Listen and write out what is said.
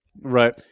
Right